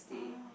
uh